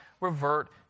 revert